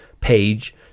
page